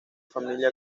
familia